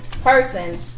Person